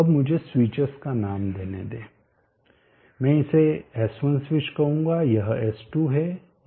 अब मुझे स्विचेस का नाम देने दें मैं इसे S1 स्विच कहूंगा यह S2 है यह S3 और S4 है